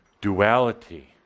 duality